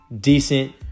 decent